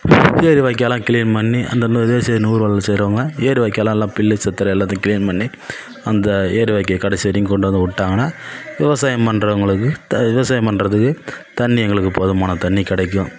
ஒத்தையடி வாய்க்காலாம் கிளீன் பண்ணி அந்த நு இது சி நூறு வேலை செய்றவங்க ஏரி வாய்க்கால்லாம் எல்லாம் பில்லு செத்துர எல்லாத்தேயும் கிளீன் பண்ணி அந்த ஏரி வாய்க்கால் கடைசி வரையும் கொண்டு வந்து விட்டாங்கன்னா விவசாயம் பண்றவங்களுக்கு த விவசாயம் பண்றதுக்கு தண்ணி எங்களுக்கு போதுமான தண்ணி கிடைக்கும்